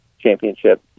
championship